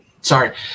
sorry